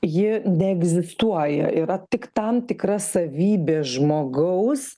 ji neegzistuoja yra tik tam tikra savybė žmogaus